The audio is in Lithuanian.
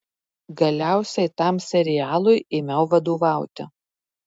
galiausiai tam serialui ėmiau vadovauti